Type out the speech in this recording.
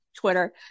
twitter